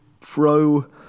throw